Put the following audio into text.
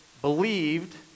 believed